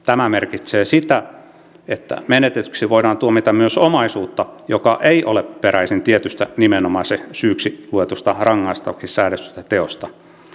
tämä merkitsee sitä että menetetyksi voidaan tuomita myös omaisuutta joka ei ole peräisin tietystä nimenomaisesti syyksi luetusta rangaistavaksi säädetystä teosta